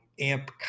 AMP